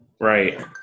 right